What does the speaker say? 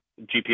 gps